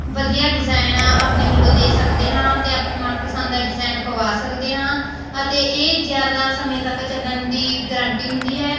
ਵਧੀਆ ਡਿਜ਼ਾਇਨ ਆਪਣੇ ਵੱਲੋਂ ਦੇ ਸਕਦੇ ਹਾਂ ਅਤੇ ਆਪਣੇ ਮਨਪਸੰਦ ਦਾ ਡਿਜ਼ਾਇਨ ਪਵਾ ਸਕਦੇ ਹਾਂ ਅਤੇ ਇਹ ਜ਼ਿਆਦਾ ਸਮੇਂ ਤੱਕ ਚੱਲਣ ਦੀ ਗਰੰਟੀ ਹੁੰਦੀ ਹੈ